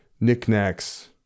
knickknacks